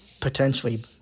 potentially